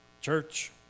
Church